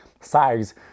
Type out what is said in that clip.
size